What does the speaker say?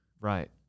Right